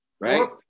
right